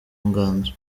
nganzo